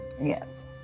yes